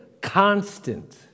constant